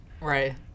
Right